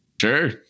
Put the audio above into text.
Sure